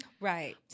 Right